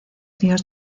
dios